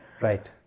Right